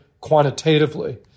quantitatively